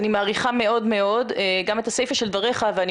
אני מעריכה מאוד מאוד גם את הסיפה של דבריך ואני